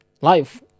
life